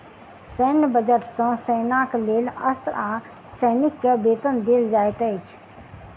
सैन्य बजट सॅ सेनाक लेल अस्त्र आ सैनिक के वेतन देल जाइत अछि